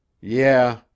Yeah